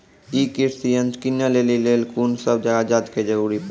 ई कृषि यंत्र किनै लेली लेल कून सब कागजात के जरूरी परतै?